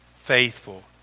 faithful